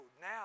Now